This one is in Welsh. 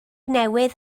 newydd